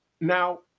Now